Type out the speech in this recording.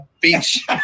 beach